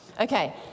Okay